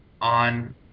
on